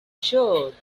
sure